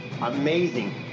Amazing